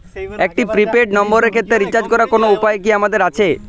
একটি prepaid নম্বরের ক্ষেত্রে রিচার্জ করার কোনো উপায় কি আমাদের আছে?